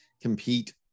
compete